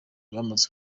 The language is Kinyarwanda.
bamaze